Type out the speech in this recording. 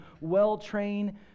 well-trained